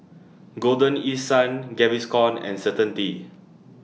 Golden East Sun Gaviscon and Certainty